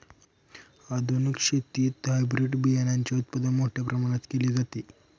आधुनिक शेतीत हायब्रिड बियाणाचे उत्पादन मोठ्या प्रमाणात केले जाते